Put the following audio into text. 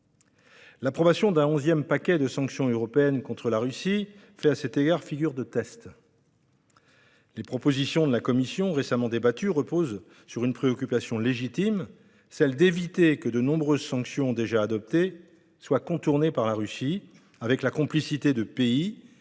L'approbation d'un onzième paquet de sanctions européennes contre la Russie fait, à cet égard, figure de test. Les propositions de la Commission, récemment débattues, reposent sur une préoccupation légitime : celle d'éviter que les nombreuses sanctions déjà adoptées ne soient contournées par la Russie avec la complicité de pays